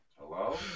Hello